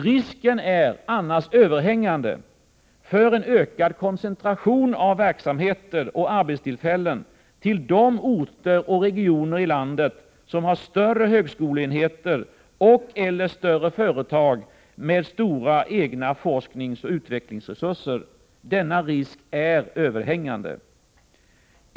Risken är annars överhängande för en ökad koncentration av verksamheter och arbetstillfällen till de orter och regioner i landet som har större högskoleenheter och/eller större företag med stora egna forskningsoch utvecklingsresurser. Denna risk är överhängande.